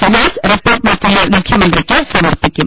Suhas report മറ്റന്നാൾ മുഖ്യമന്ത്രിയ്ക്ക് സമർപ്പിക്കും